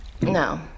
No